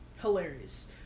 hilarious